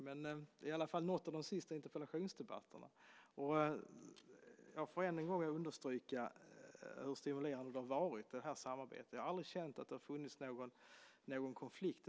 Det är i alla fall en av de sista interpellationsdebatterna, och jag får än en gång understryka hur stimulerande det här samarbetet har varit. Jag har aldrig känt att det har funnits någon konflikt.